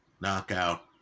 knockout